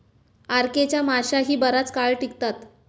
RK च्या माश्याही बराच काळ टिकतात